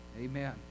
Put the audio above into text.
Amen